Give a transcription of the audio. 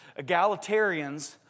Egalitarians